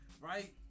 right